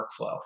workflow